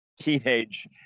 teenage